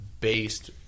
based